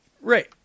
Right